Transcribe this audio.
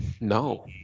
No